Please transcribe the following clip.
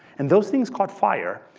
and those things caught fire.